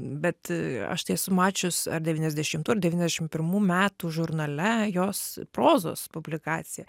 bet aš tai esu mačius ar devyniasdešimtų ar devyniasdešim pirmų metų žurnale jos prozos publikaciją